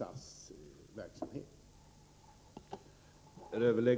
göra det.